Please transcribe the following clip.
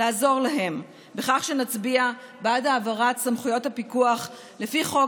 לעזור להם בכך שנצביע בעד העברת סמכויות הפיקוח לפי חוק